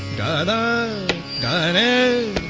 da da da